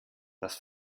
das